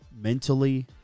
mentally